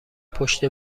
پشت